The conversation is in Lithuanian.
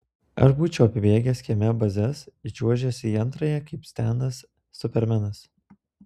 aš būčiau apibėgęs kieme bazes įčiuožęs į antrąją kaip stenas supermenas